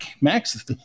Max